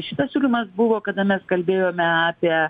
šitas siūlymas buvo kada mes kalbėjome apie